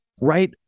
right